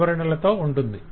వివరించబడి ఉంటుంది